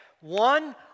One